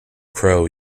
crow